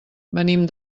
venim